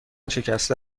شکسته